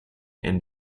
and